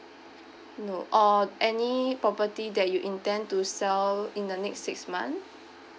no or any property that you intend to sell in the next six month